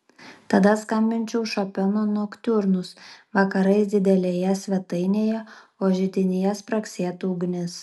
tada skambinčiau šopeno noktiurnus vakarais didelėje svetainėje o židinyje spragsėtų ugnis